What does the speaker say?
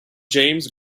james